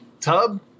tub